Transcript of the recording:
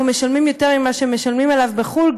אנחנו משלמים יותר ממה שמשלמים עליו בחו"ל,